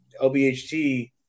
LBHT